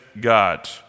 God